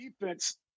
defense